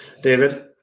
David